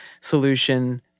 solution